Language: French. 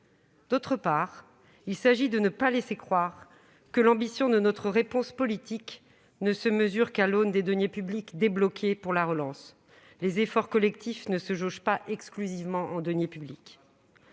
D'autre part, il s'agit de ne pas laisser croire que l'ambition de notre politique ne se mesure qu'à l'aune des deniers publics débloqués pour la relance. Les efforts collectifs ne se jaugent pas uniquement en argent public.